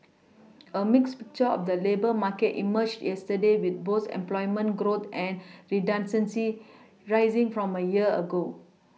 a mixed picture of the labour market emerged yesterday with both employment growth and redundancies rising from a year ago